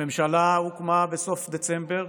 הממשלה הוקמה בסוף דצמבר,